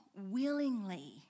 willingly